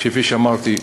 שכפי שאמרתי,